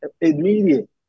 Immediate